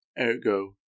ergo